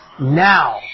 now